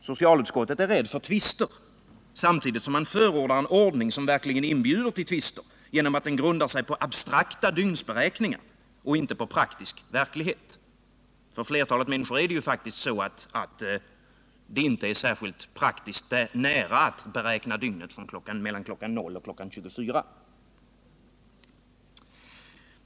Socialutskottet är rädd för tvister, samtidigt som man förordar en ordning som verkligen inbjuder till tvister genom att den grundar sig på abstrakta dygnsberäkningar och inte på praktisk verklighet. För flertalet människor är det inte särskilt praktiskt att beräkna dygnet från kl. 00.00 till kl. 24.00.